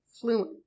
fluent